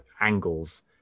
angles